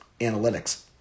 analytics